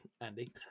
Andy